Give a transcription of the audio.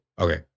Okay